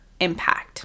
impact